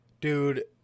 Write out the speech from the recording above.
Dude